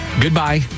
Goodbye